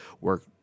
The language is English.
work